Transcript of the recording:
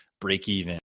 break-even